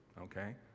okay